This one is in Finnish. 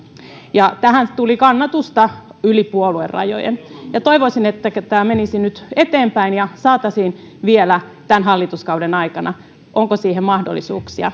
ja tähän tuli kannatusta yli puoluerajojen toivoisin että tämä menisi nyt eteenpäin ja saataisiin vielä tämän hallituskauden aikana onko siihen mahdollisuuksia